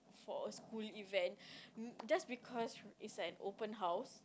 for a school event m~ just because it's an open house